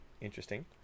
interesting